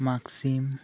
ᱢᱟᱜᱽᱥᱤᱢ